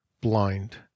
blind